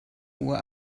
uhr